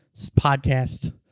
podcast